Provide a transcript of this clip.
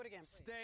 Stay